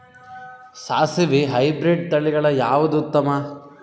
ಸಾಸಿವಿ ಹೈಬ್ರಿಡ್ ತಳಿಗಳ ಯಾವದು ಉತ್ತಮ?